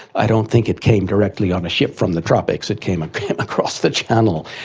i don't think it came directly on a ship from the tropics, it came came across the channel.